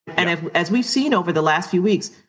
and as we've seen over the last few weeks,